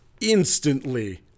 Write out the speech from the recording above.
instantly